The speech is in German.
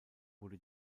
wurde